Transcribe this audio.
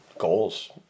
goals